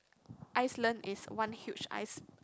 Iceland is one huge ice